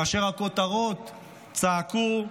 הכותרות צעקו: